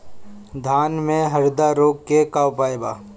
धान में हरदा रोग के का उपाय बा?